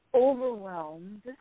overwhelmed